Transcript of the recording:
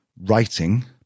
writing